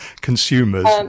consumers